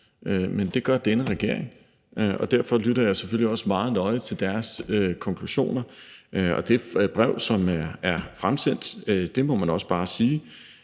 men det gør denne regering. Derfor lytter jeg selvfølgelig også meget nøje til deres konklusioner. Og det brev, som er fremsendt, må man bare sige